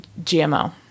GMO